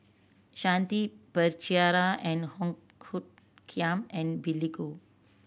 Shanti Pereira and Kiam and Billy Koh